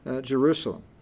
Jerusalem